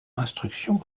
instruction